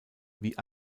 wie